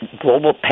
global